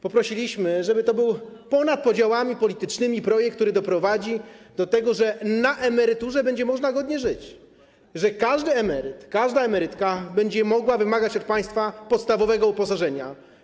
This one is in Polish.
Poprosiliśmy, żeby był to projekt ponad podziałami politycznymi, który doprowadzi do tego, że na emeryturze będzie można godnie żyć, że każdy emeryt i każda emerytka będą mogli wymagać od państwa podstawowego uposażenia.